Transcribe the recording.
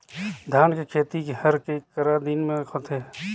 धान के खेती हर के करा दिन म होथे?